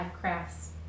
crafts